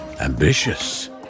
ambitious